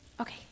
Okay